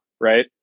right